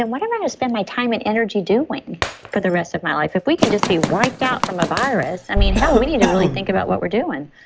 and what am i going to spend my time and energy doing for the rest of my life? if we can just be wiped out from a virus. i mean, hell, we need to really think about what we're doing